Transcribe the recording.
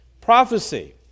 prophecy